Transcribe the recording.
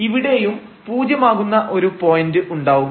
ഇവിടെയും പൂജ്യമാകുന്ന ഒരു പോയന്റ് ഉണ്ടാവും